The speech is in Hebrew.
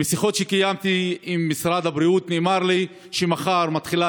בשיחות שקיימתי עם משרד הבריאות נאמר לי שמחר מתחילה